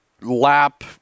lap